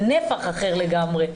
ונפח אחר לגמרי.